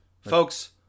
Folks